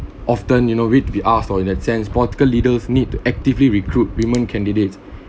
often you know we'd be asked or in that sense political leaders need to actively recruit women candidates